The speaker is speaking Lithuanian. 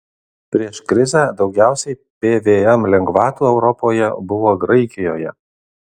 prieš krizę daugiausiai pvm lengvatų europoje buvo graikijoje